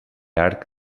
arc